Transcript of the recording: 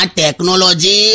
technology